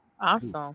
Awesome